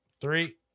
Three